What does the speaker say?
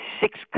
six